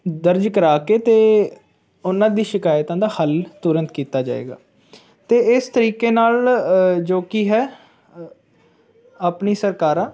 ਦਰਜ ਕਰਵਾ ਕੇ ਅਤੇ ਉਹਨਾਂ ਦੀ ਸ਼ਿਕਾਇਤਾਂ ਦਾ ਹੱਲ ਤੁਰੰਤ ਕੀਤਾ ਜਾਵੇਗਾ ਅਤੇ ਇਸ ਤਰੀਕੇ ਨਾਲ ਜੋ ਕਿ ਹੈ ਆਪਣੀ ਸਰਕਾਰਾਂ